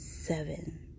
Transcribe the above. Seven